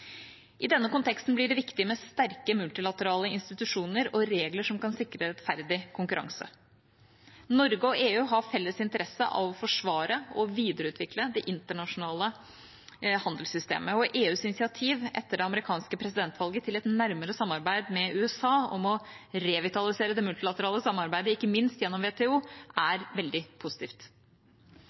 I denne konteksten blir det viktig med sterke multilaterale institusjoner og regler som kan sikre rettferdig konkurranse. Norge og EU har felles interesse av å forsvare og videreutvikle det internasjonale handelssystemet. EUs initiativ etter det amerikanske presidentvalget til et nærmere samarbeid med USA om å revitalisere det multilaterale samarbeidet, ikke minst gjennom WTO, er veldig positivt.